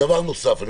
דבר נוסף: אני